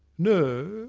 no,